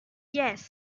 yes